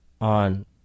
on